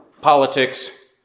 politics